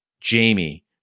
jamie